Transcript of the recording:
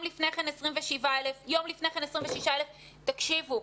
לפני כן 27,000. יום לפני כן 26,000. תקשיבו,